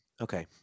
Okay